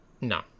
No